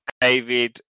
David